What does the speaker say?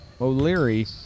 O'Leary